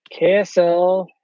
KSL